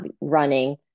running